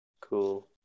cool